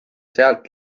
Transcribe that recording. sealt